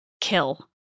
Kill